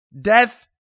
death